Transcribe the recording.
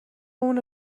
اونو